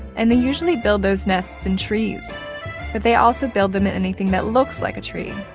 and they usually build those nests in trees, but they also build them in anything that looks like a tree,